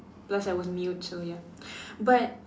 plus I was mute so ya but